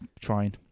trying